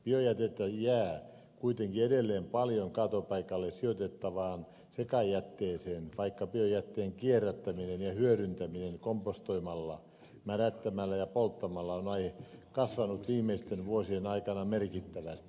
biojätettä jää kuitenkin edelleen paljon kaatopaikalle sijoitettavaan sekajätteeseen vaikka biojätteen kierrättäminen ja hyödyntäminen kompostoimalla mädättämällä ja polttamalla on kasvanut viimeisten vuosien aikana merkittävästi